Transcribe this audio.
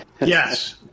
Yes